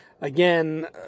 again